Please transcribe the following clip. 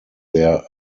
their